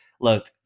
look